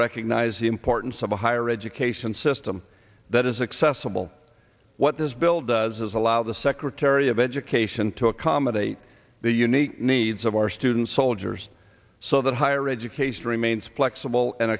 recognize the importance of a higher education system that is accessible what this bill does is allow the secretary of education to accommodate the unique needs of our students soldiers so that higher education remains flexible and